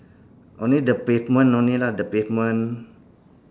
only the pavement only lah the pavement